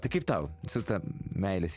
tai kaip tau su ta meilės